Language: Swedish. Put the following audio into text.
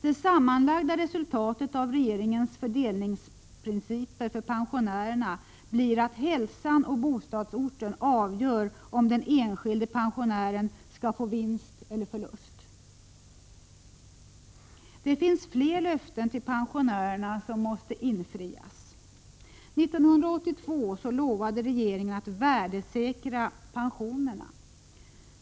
Det sammanlagda resultatet av regeringens fördelningsprinciper för pensionärerna blir att hälsan och bostadsorten avgör om den enskilde pensionären skall få vinst eller förlust. Det finns fler löften till pensionärerna som måste infrias. 1982 lovade regeringen att värdesäkra pensionerna.